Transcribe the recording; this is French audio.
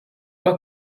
pas